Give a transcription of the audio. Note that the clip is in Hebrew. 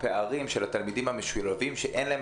הפערים של התלמידים המשולבים שאין להם